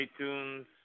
iTunes